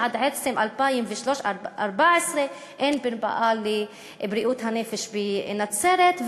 ועד עצם 2014 אין מרפאה לבריאות הנפש בנצרת,